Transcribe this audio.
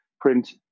print